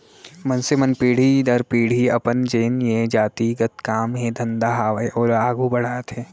मनसे मन पीढ़ी दर पीढ़ी अपन जेन ये जाति गत काम हे धंधा हावय ओला आघू बड़हाथे